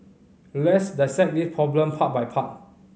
let's dissect this problem part by part